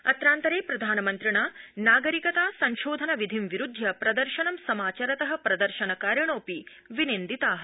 अत्रान्तरे प्रधामन्त्रिणा नागरिकता संशोधन विधिं विरूद्धय प्रदर्शनं समाचरत प्रदर्शनकारिणोऽपि विनिन्दिता